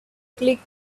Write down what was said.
click